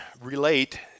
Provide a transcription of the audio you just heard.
relate